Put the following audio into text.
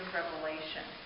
revelation